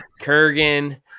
Kurgan